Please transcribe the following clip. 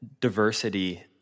diversity